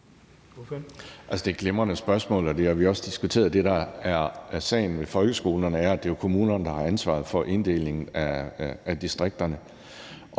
Det er et glimrende spørgsmål, og det har vi også diskuteret. Det, der er sagen med folkeskolerne, er, at det jo er kommunerne, der har ansvaret for inddelingen af distrikterne.